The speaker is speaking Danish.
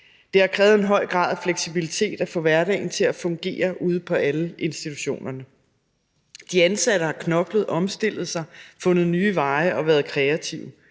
Det har krævet en høj grad af fleksibilitet for at få hverdagen til at fungere ude på alle institutionerne. De ansatte har knoklet og omstillet sig, fundet nye veje og været kreative.